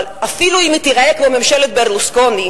אבל אפילו אם היא תיראה כמו ממשלת ברלוסקוני,